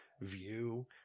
view